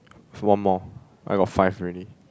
one more I got five already